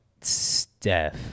Steph